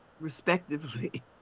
respectively